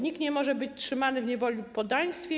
Nikt nie może być trzymany w niewoli lub poddaństwie.